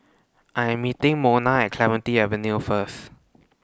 I'm meeting Mona At Clementi Avenue First